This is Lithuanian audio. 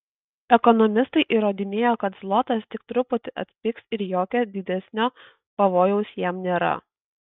ekonomistai įrodinėjo kad zlotas tik truputį atpigs ir jokio didesnio pavojaus jam nėra